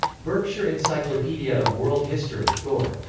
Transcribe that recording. berkshire encyclopedia of world history. four.